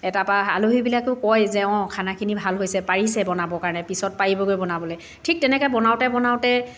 তাপা আলহীবিলাকেই কয় যে অঁ খানাখিনি ভাল হৈছে পাৰিছে বনাব কাৰণে পিছত পাৰিবগৈ বনাবলৈ ঠিক তেনেকৈ বনাওঁতে বনাওঁতে